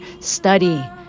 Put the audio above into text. study